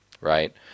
right